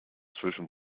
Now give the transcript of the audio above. zwischen